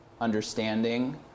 understanding